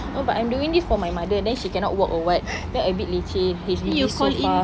oh but I'm doing this for my mother and then she cannot walk or what then a bit leceh H_D_B so far